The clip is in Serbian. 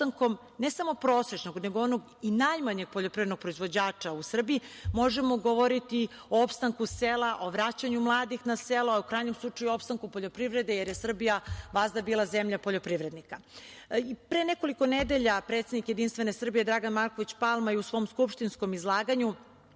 ne samo prosečnog nego i onog najmanjeg poljoprivrednog proizvođača u Srbiji možemo goroviti o opstanku sela, o vraćanju mladih na selo, u krajnjem o opstanku poljoprivrede, jer je Srbija vazda bila zemlja poljoprivrednika. Pre nekoliko nedelja, predsednik JS, Dragan Marković Palma je u svom skupštinskom izlaganju